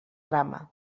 drama